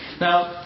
Now